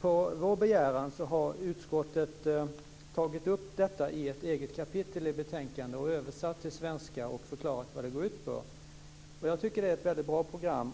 På vår begäran har utskottet tagit upp detta i ett eget kapitel i betänkandet, översatt det till svenska och förklarat vad det går ut på. Jag tycker att det är ett väldigt bra program.